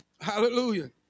Hallelujah